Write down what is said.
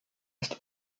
ist